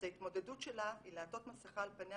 אז ההתמודדות שלה היא לעטות מסכה על פניה